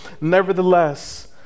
nevertheless